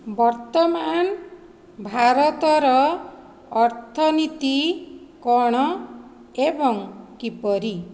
ବର୍ତ୍ତମାନ ଭାରତର ଅର୍ଥନୀତି କ'ଣ ଏବଂ କିପରି